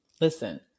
Listen